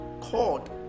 called